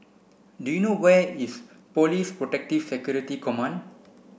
do you know where is Police Protective Security Command